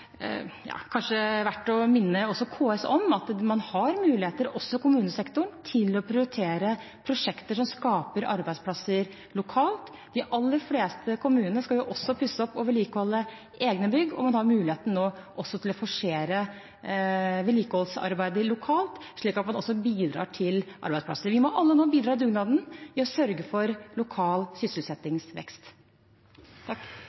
kommunesektoren til å prioritere prosjekter som skaper arbeidsplasser lokalt. De aller fleste kommuner skal også pusse opp og vedlikeholde egne bygg, og de har nå muligheten til å forsere vedlikeholdsarbeidet lokalt slik at man også bidrar til arbeidsplasser. Vi må alle nå bidra i dugnaden ved å sørge for lokal